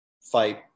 fight